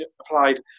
applied